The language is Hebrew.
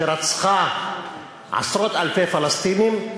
שרצחה עשרות-אלפי פלסטינים,